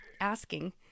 asking